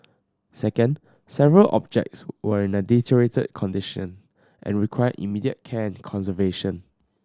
second several objects were in a deteriorated condition and required immediate care and conservation